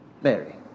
Mary